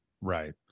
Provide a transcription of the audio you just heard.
Right